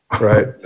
right